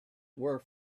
were